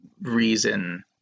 reason